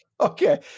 okay